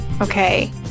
Okay